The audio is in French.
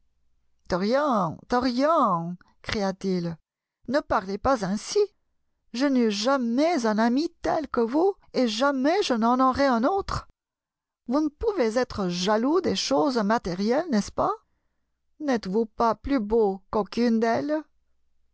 dorian dorian cria-t-il ne parlez pas ainsi je n'eus jamais un ami tel que vous et jamais je n'en aurai un autre vous ne pouvez être jaloux des choses matérielles n'est-ce pas n'êtes-vous pas plus beau qu'aucune d'elles